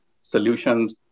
solutions